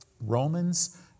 Romans